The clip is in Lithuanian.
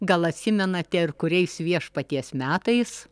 gal atsimenate ir kuriais viešpaties metais